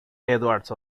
edwards